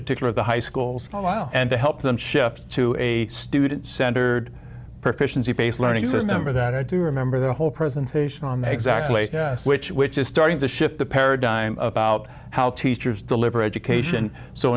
particular the high schools a while and to help them shift to a student centered proficiency based learning system or that i do remember the whole presentation on the exactly which which is starting to shift the paradigm about how teachers deliver education so